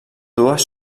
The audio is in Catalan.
dues